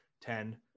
ten